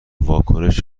واکنش